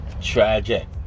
Tragic